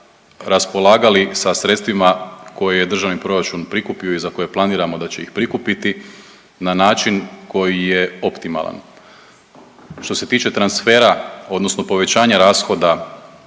raspolagali sa sredstvima koje je državni proračun prikupio i za koje planiramo da će ih prikupiti na način koji je optimalan. Što se tiče transfera odnosno povećanja rashoda